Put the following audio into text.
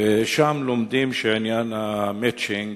ושם לומדים שעניין ה"מצ'ינג"